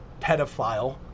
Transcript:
pedophile